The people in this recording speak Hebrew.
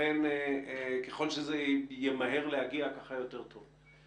לכן ככל שזה ימהר להגיע, כך יהיה יותר טוב.